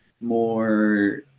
more